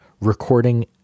recording